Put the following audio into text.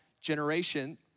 generation